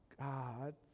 God's